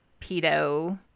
pedo